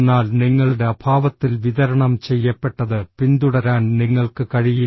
എന്നാൽ നിങ്ങളുടെ അഭാവത്തിൽ വിതരണം ചെയ്യപ്പെട്ടത് പിന്തുടരാൻ നിങ്ങൾക്ക് കഴിയില്ല